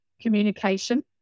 communication